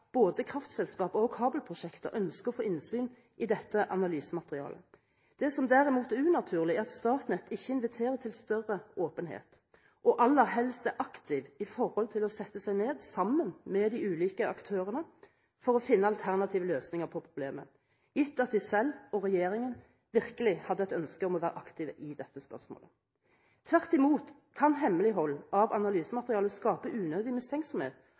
både kraftselskaper og kabelprosjekter ønsker å få innsyn i dette analysematerialet. Det som derimot er unaturlig, er at Statnett ikke inviterer til større åpenhet – og aller helst er aktiv med hensyn til å sette seg ned sammen med de ulike aktørene for å finne alternative løsninger på problemet, gitt at de selv og regjeringen virkelig hadde et ønske om å være aktive i dette spørsmålet. Tvert imot kan hemmelighold av analysematerialet skape unødig mistenksomhet